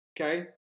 Okay